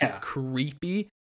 creepy